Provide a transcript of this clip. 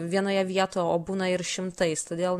vienoje vietoj o būna ir šimtais todėl